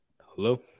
hello